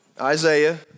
Isaiah